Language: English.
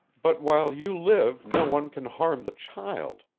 but while you live no one can harm the child,